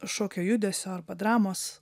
šokio judesio arba dramos